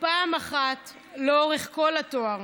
פעם אחת לאורך כל התואר,